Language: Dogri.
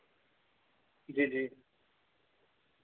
जी जी